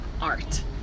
art